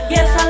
Yes